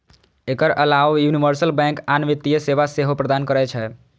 एकर अलाव universal bank आन वित्तीय सेवा सेहो प्रदान करै छै